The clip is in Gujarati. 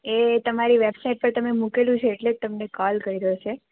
એ તમારી વેબસાઇડ પર તમે મૂકેલું છે એટલે તમને કોલ કર્યો છે